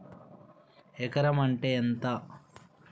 ఎకరం అంటే ఎంత?